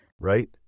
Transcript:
Right